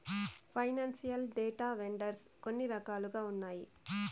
financial data vendors కొన్ని రకాలుగా ఉన్నాయి